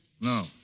No